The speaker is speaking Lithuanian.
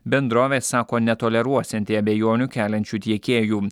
bendrovė sako netoleruosianti abejonių keliančių tiekėjų